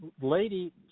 lady